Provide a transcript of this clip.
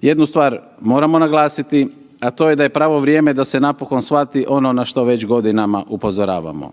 Jednu stvar moramo naglasiti, a to je da je pravo vrijeme da se napokon shvati ono na što već godinama upozoravamo